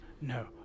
No